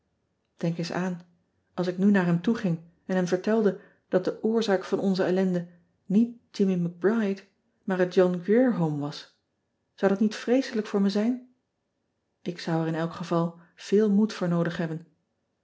enk eens aan als ik nu naar hem toeging en hem vertelde dat de oorzaak van onze ellende niet immie c ride maar het ohn rier ome was zou dat niet vreeselijk voor me zijn k zou er in elk geval veel moed voor noodig hebben